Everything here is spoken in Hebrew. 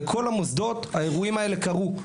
בכל המוסדות האירועים האלה קרו.